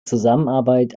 zusammenarbeit